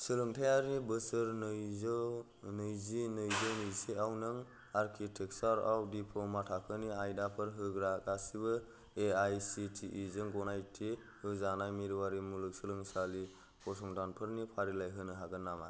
सोलोंथाइयारि बोसोर नैजौ नैजि नैजौ नैजिसेयाव नों आर्किटेकसारआव दिप्ल'मा थाखोनि आयदाफोर होग्रा गासिबो एआइसिटिइ जों गनायथि होजानाय मिरुवारि मुलुगसोंलोंसालि फसंथानफोरनि फारिलाइ होनो हागोन नामा